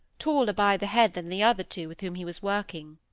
taller by the head than the other two with whom he was working.